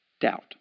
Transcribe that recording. doubt